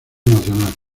nacional